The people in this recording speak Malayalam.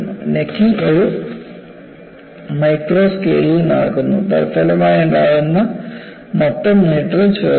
നെക്കിംഗ് ഒരു മൈക്രോ സ്കെയിലിൽ നടക്കുന്നു തത്ഫലമായുണ്ടാകുന്ന മൊത്തം നീട്ടൽ ചെറുതാണ്